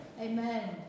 Amen